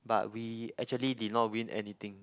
but we actually did not win anything